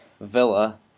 Villa